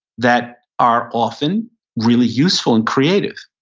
that are often really useful and creative.